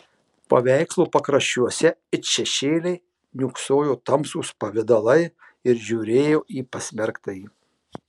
paveikslo pakraščiuose it šešėliai niūksojo tamsūs pavidalai ir žiūrėjo į pasmerktąjį